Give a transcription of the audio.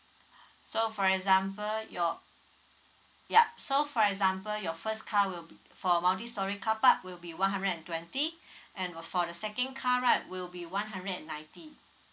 so for example your yup so for example your first car will be for a multi storey carpark will be one hundred and twenty and for the second car right will be one hundred and ninety